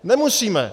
Nemusíme.